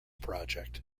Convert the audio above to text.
project